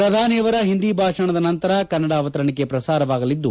ಪ್ರಧಾನಿ ಅವರ ಹಿಂದಿ ಭಾಷಣದ ನಂತರ ಕನ್ನಡ ಅವತರಣಿಕೆ ಪ್ರಸಾರವಾಗಲಿದ್ದು